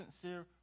sincere